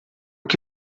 que